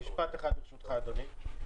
משפט אחד ברשותך אדוני,